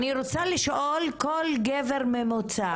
אני רוצה לשאול כל גבר ממוצע,